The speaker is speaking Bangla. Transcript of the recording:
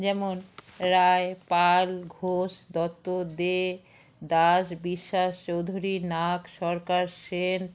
যেমন রায় পাল ঘোষ দত্ত দে দাস বিশ্বাস চৌধুরী নাগ সরকার সেন